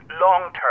long-term